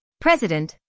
president